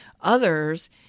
Others